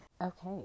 okay